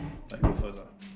I go first lah